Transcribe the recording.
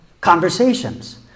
conversations